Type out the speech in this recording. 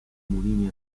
mulini